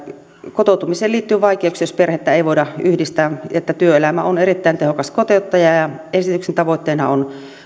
kotoutumiseen liittyy vaikeuksia jos perhettä ei voida yhdistää työelämä on erittäin tehokas kotouttaja ja esityksen tavoitteena on